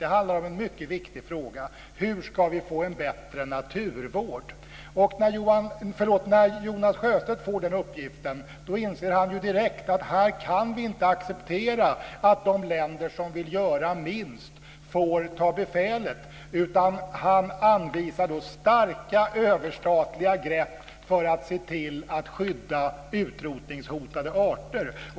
Den handlar om en mycket viktig frågan, nämligen hur vi ska få en bättre naturvård. När Jonas Sjöstedt får den uppgiften inser han direkt att här kan vi inte acceptera att de länder som vill göra minst får ta befälet, utan han anvisar starka överstatliga grepp för att se till att skydda utrotningshotade arter.